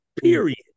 period